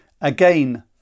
Again